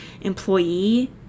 employee